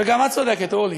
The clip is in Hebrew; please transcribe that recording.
וגם את צודקת, אורלי.